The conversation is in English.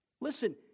Listen